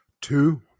two